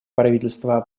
правительства